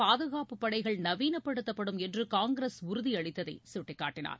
பாதுகாப்புப் படைகள் நவீனப்படுத்தப்படும் என்று காங்கிரஸ் உறுதியளித்ததை சுட்டிக்காட்டினார்